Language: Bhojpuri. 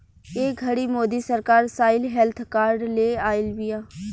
ए घड़ी मोदी सरकार साइल हेल्थ कार्ड ले आइल बिया